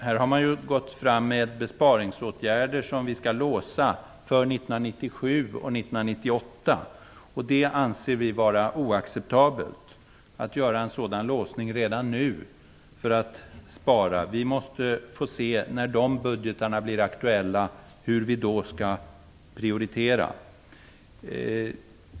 Här har man gått fram med besparingsåtgärder som vi skall låsa för 1997 och 1998. Vi anser det vara oacceptabelt att göra en sådan låsning redan nu för att spara. Vi måste, när de budgetarna blir aktuella, få se hur vi då skall prioritera.